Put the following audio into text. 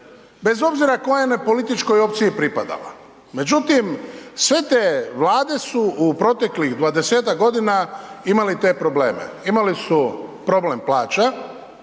bez obzira kojoj je političkoj opciji pripadala. Međutim, sve te vlade su u proteklih 20-tak godina imali te probleme. Imali su problem plaća,